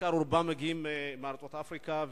רובם מגיעים בעיקר מארצות אפריקה,